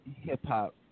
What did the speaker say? hip-hop